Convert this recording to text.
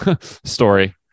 story